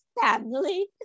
family